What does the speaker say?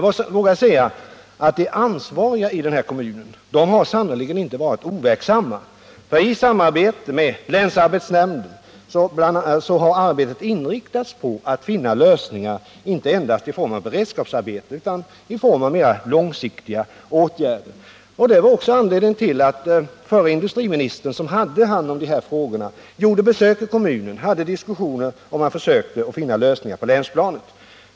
Jag vågar säga att de ansvariga i den här kommunen sannerligen inte varit overksamma. I samarbete med länsarbetsnämnden bl.a. har arbetet inriktats på att finna lösningar inte endast i form av beredskapsarbete utan även i form av mera långsiktiga åtgärder. Det var också anledningen till att förre industriministern, som hade hand om dessa frågor, avlade besök i kommunen, hade diskussioner och försökte finna lösningar på länsplanet.